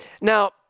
Now